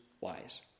wise